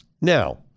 Now